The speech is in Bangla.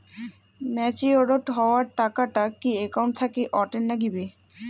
ম্যাচিওরড হওয়া টাকাটা কি একাউন্ট থাকি অটের নাগিবে?